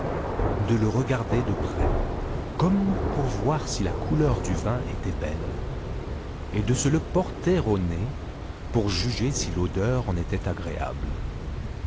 de le regarder de près comme pour voir si la couleur du vin était belle et de se le porter au nez pour juger si l'odeur en était agréable